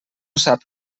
sap